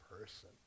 person